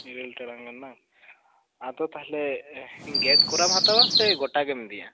ᱤᱨᱟᱹᱞ ᱴᱟᱲᱟᱝ ᱜᱟᱱ ᱵᱟᱝ ᱟᱫᱚ ᱛᱟᱦᱚᱞᱮ ᱜᱮᱫ ᱠᱚᱨᱟᱢ ᱦᱟᱛᱟᱣᱟ ᱥᱮ ᱜᱚᱴᱟ ᱜᱮᱢ ᱤᱫᱤᱭᱟ